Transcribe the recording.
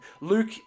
Luke